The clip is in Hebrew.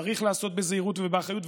צריך לעשות בזהירות ובאחריות.